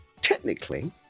Technically